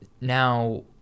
Now